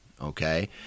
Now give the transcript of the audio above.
okay